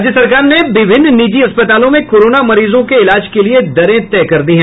राज्य सरकार ने विभिन्न निजी अस्पतालों में कोरोना मरीजों के इलाज के लिये दरें तय कर दी है